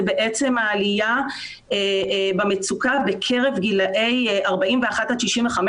זה בעצם העלייה במצוקה בקרב גילאי 41-65,